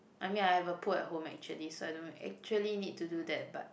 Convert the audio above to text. I mean I have a pool at home actually so I don't actually need to do that but